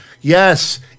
Yes